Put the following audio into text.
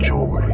Joy